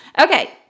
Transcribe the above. Okay